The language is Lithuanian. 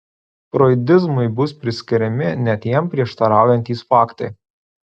froidizmui bus priskiriami net jam prieštaraujantys faktai